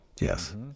Yes